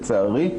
לצערי.